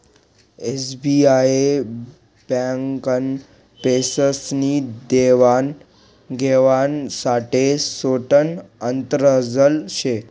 SBI ब्यांकनं पैसासनी देवान घेवाण साठे सोतानं आंतरजाल शे